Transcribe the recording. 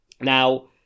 now